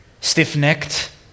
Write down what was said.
stiff-necked